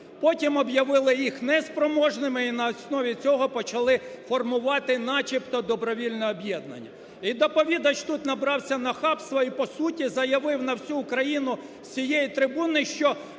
потім об'явили їх не спроможними і на основі цього почали формувати начебто добровільне об'єднання. І доповідач тут набрався нахабства і по суті заявив на всю Україну з цієї трибуни, що